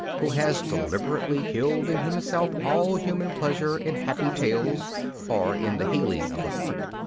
who has deliberately killed in himself all human pleasure in happy tales or in the healing of the heart.